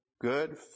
good